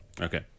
Okay